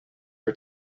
her